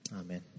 Amen